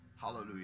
Hallelujah